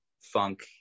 funk